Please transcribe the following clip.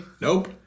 Nope